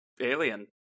alien